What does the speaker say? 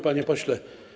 Panie Pośle!